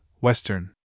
Western